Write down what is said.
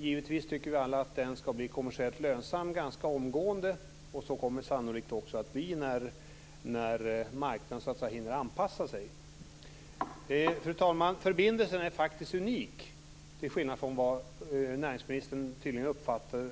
Givetvis tycker vi alla att den skall bli kommersiellt lönsam ganska omgående. Så kommer det sannolikt också att bli när marknaden hinner anpassa sig. Fru talman! Förbindelsen är faktiskt unik, till skillnad från hur näringsministern tydligen uppfattade